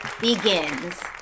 begins